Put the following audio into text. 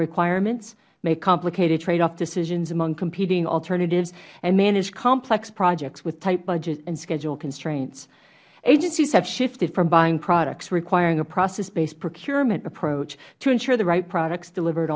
requirements make complicated tradeoff decisions among competing alternative and manage complex projects with tight budget and schedule constraints agencies have shifted from buying products requiring a process based procurement approach to ensure the right product is delivered